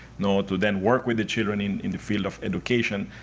know to then work with the children in the field of education,